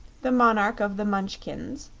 the monarch of the munchkins,